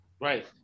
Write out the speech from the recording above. Right